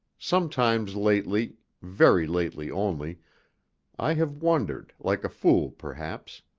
sometimes, lately very lately only i have wondered, like a fool perhaps.